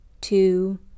two